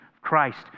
Christ